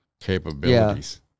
capabilities